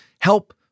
help